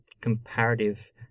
comparative